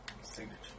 Signature